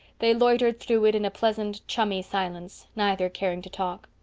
they loitered through it in a pleasant chummy silence, neither caring to talk.